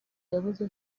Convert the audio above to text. yavuze